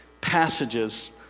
passages